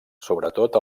sobretot